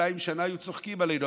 מאתיים שנה היו צוחקים עלינו,